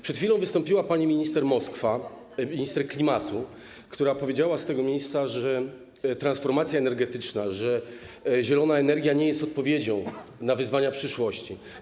Przed chwilą wystąpiła pani minister Moskwa, minister klimatu, która powiedziała z tego miejsca, że transformacja energetyczna, zielona energia nie jest odpowiedzią na wyzwania przyszłości.